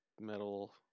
metal